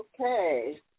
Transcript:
Okay